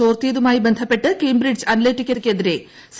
ചോർത്തിയതുമായി ബന്ധപ്പെട്ട് കേംബ്രിഡ്ജ് അനലറ്റിക്കക്കെതിരെ സി